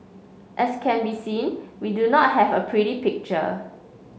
as can be seen we do not have a pretty picture